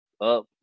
up